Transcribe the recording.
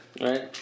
right